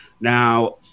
Now